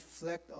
reflect